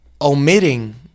omitting